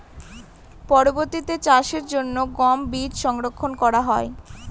পরবর্তিতে চাষের জন্য গম বীজ সংরক্ষন করা হয়?